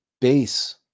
base